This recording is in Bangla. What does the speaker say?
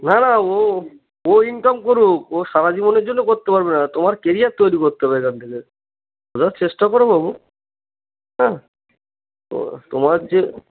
না না ও ও ইনকাম করুক ও সারাজীবনের জন্য করতে পারবে না তোমার কেরিয়ার তৈরি করতে হবে এখান থেকে বোঝার চেষ্টা করো বাবু হ্যাঁ ত তোমার যে